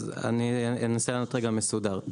אז אני אנסה לענות רגע מסודר.